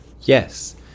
Yes